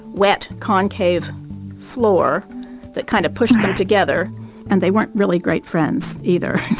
wet concave floor that kind of pushed them together and they weren't really great friends either